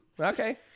Okay